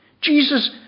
Jesus